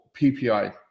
ppi